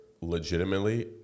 legitimately